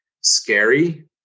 scary